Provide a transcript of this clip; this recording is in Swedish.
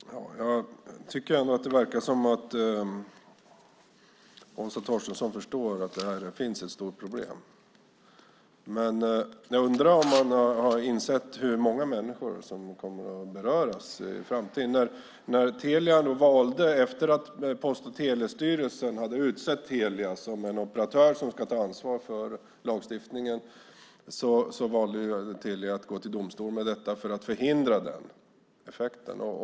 Fru talman! Jag tycker ändå att det verkar som om Åsa Torstensson förstår att det här finns ett stort problem. Men jag undrar om man har insett hur många människor som kommer att beröras i framtiden. Efter att Post och telestyrelsen hade utsett Telia som en operatör som ska ta ansvar för lagstiftningen valde Telia att gå till domstol med detta för att förhindra den effekten.